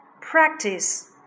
Practice